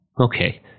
Okay